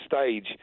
stage